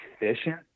efficient